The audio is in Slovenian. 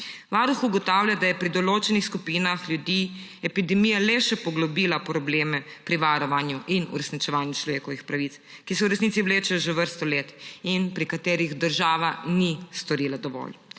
Varuh ugotavlja, da je pri določenih skupinah ljudi epidemija le še poglobila probleme pri varovanju in uresničevanju človekovih pravic, ki se v resnici vlečejo že vrsto let in pri katerih država ni storila dovolj.